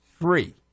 Three